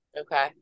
Okay